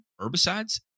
herbicides